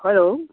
hello